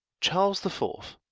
charles the fourth,